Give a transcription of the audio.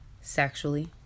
sexually